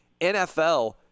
NFL